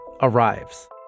arrives